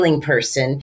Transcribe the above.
person